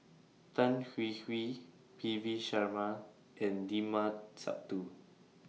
Tan Hwee Hwee P V Sharma and Limat Sabtu